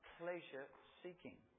pleasure-seeking